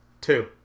Two